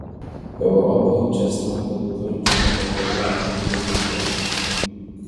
į europą česnaką viduramžių pabaigoje atvežė kryžiuočiai